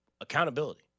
Accountability